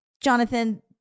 Jonathan